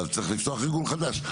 אז צריך לפתוח ארגון חדש.